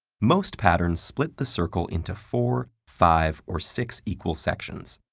most patterns split the circle into four, five or six equal sections.